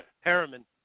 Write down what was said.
Harriman